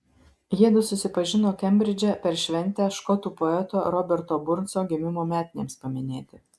jiedu susipažino kembridže per šventę škotų poeto roberto burnso gimimo metinėms paminėti